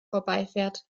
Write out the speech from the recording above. vorbeifährt